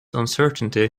uncertainty